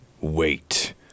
Wait